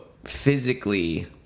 physically